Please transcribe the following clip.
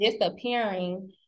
disappearing